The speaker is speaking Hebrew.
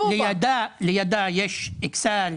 כמו אכסאל,